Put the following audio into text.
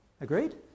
Agreed